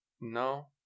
no